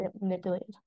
manipulated